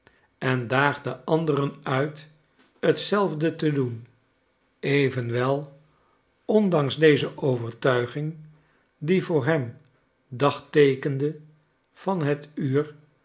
en daagde anderen uit hetzelfde te doen evenwel ondanks deze overtuiging die voor hem dagteekende van het uur